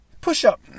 Push-up